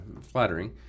Flattering